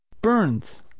BURNS